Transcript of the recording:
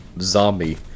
zombie